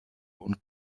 und